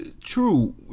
True